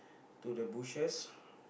to the bushes